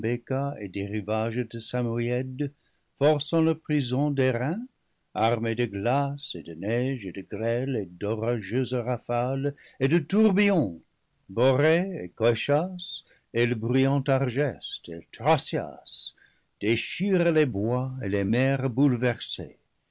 et des rivages des samoïèdes forçant leur prison d'airain armés de glace et de neige et de grêle et d'orageuses rafales et de tourbillons borée et coecias et le bruyant argeste et thracias déchirent les bois et les mers bouleversées